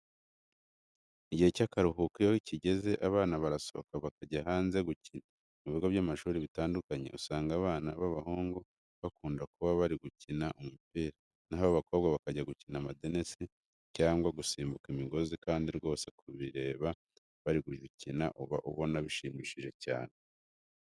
Igihe cy'akaruhuko iyo kigeze abana barasohoka bakajya hanze gukina. Mu bigo by'amashuri bitandukanye usanga abana b'abahungu bakunda kuba bari gukina umupira, na ho abakobwa bakajya gukina amadenesi cyangwa gusimbuka imigozi kandi rwose kubareba bari gukina uba ubona bishimishije cyane.